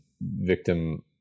victim